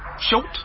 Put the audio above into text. Short